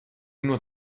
not